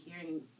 hearing